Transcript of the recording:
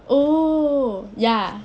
oh ya